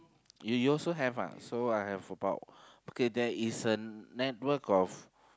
you you also have ah so I have about okay there is a network of